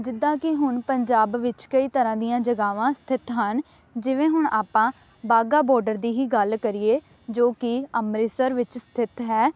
ਜਿੱਦਾਂ ਕਿ ਹੁਣ ਪੰਜਾਬ ਵਿੱਚ ਕਈ ਤਰ੍ਹਾਂ ਦੀਆਂ ਜਗ੍ਹਾਵਾਂ ਸਥਿਤ ਹਨ ਜਿਵੇਂ ਹੁਣ ਆਪਾਂ ਵਾਹਗਾ ਬਾਰਡਰ ਦੀ ਹੀ ਗੱਲ ਕਰੀਏ ਜੋ ਕਿ ਅੰਮ੍ਰਿਤਸਰ ਵਿੱਚ ਸਥਿਤ ਹੈ